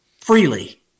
freely